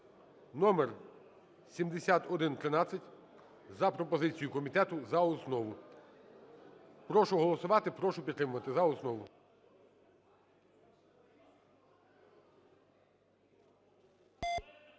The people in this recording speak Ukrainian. (номер 7113) за пропозицією комітету за основу. Прошу голосувати. Прошу підтримати за основу.